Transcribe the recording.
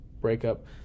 breakup